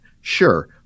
Sure